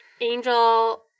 Angel